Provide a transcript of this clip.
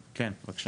כן, רויטל, בבקשה.